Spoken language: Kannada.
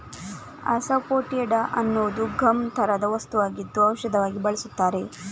ಅಸಾಫೋಟಿಡಾ ಅನ್ನುವುದು ಗಮ್ ತರಹದ ವಸ್ತುವಾಗಿದ್ದು ಔಷಧವಾಗಿ ಬಳಸುತ್ತಾರೆ